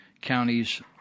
counties